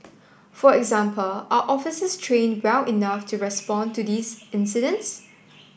for example are officers trained well enough to respond to these incidents